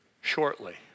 shortly